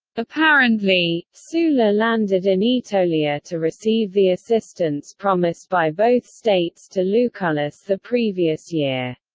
apparently, sulla landed in aetolia to receive the assistance promised by both states to lucullus the previous year.